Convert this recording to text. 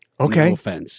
Okay